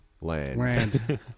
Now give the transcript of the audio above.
land